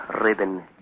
ribbon